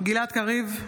גלעד קריב,